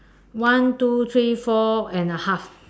one two three four and a half